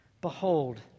behold